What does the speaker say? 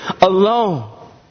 alone